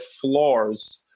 floors